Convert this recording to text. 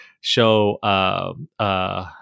show